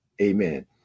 Amen